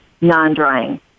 non-drying